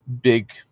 big